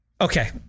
Okay